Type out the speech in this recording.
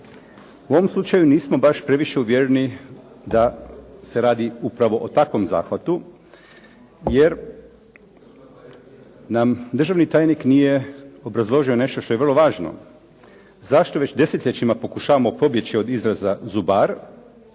U ovom slučaju nismo baš previše uvjereni da se radi upravo o takvom zahvatu, jer nam državni tajnik nije obrazložio nešto što je vrlo važno. Zašto već desetljećima pokušavamo pobjeći od izraza zubar